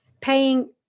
paying